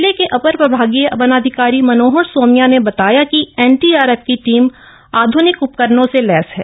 जिले के अपर प्रभागीय वनाधिकारी मनोहर सेमिया ने बताया कि एनडीआरएफ की टीम आध्निक उपकरणों से लैस है